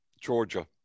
georgia